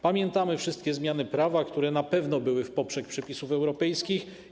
Pamiętamy wszystkie zmiany prawa, które na pewno były w poprzek przepisów europejskich.